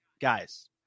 guys